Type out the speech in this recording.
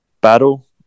battle